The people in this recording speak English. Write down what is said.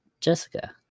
Jessica